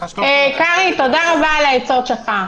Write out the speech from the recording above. קרעי, תודה רבה על העצות שלך.